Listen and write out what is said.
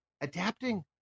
adapting